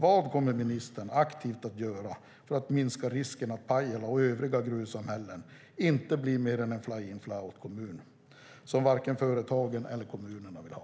Vad kommer ministern aktivt att göra för att minska risken att Pajala och övriga gruvsamhällen bara blir en fly-in/fly-out-kommun som varken företagen eller kommunerna vill ha?